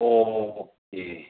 ओ ए